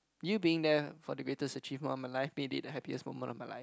you being there for the greatest achievement of my life made it the happiest moment of my life